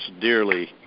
dearly